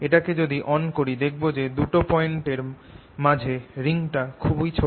এটাকে যদি অন করি দেখব যে দুটো পয়েন্ট এর মাঝে রিডিংটা খুবই ছোট